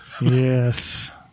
Yes